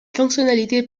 fonctionnalité